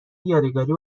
یادگاری